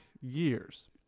years